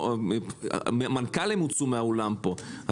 מנכ"לים הוצאו מהאולם פה,